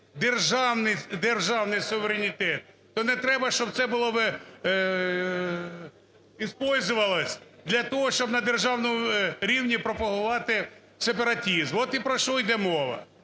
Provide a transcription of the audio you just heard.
державний суверенітет, то не треба, щоб це було… использовалось для того, щоб на державному рівні пропагувати сепаратизм. От і про що йде мова,